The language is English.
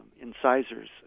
incisors